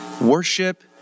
Worship